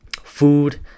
food